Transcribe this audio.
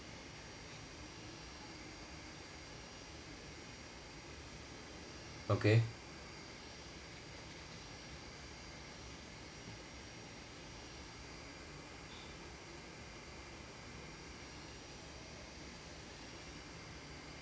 okay